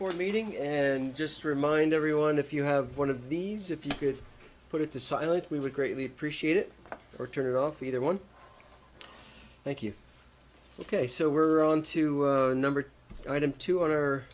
for meeting and just remind everyone if you have one of these if you could put it to sign it we would greatly appreciate it or turn it off either one thank you ok so we're on to number two on our